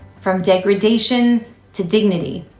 from degradation to dignity.